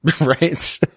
Right